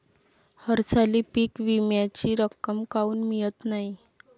हरसाली पीक विम्याची रक्कम काऊन मियत नाई?